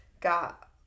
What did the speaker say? got